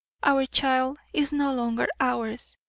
our child is no longer ours,